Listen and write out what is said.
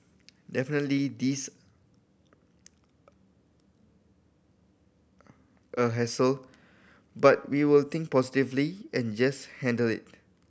definitely this a hassle but we will think positively and just handle it